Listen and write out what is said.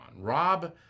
Rob